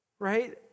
Right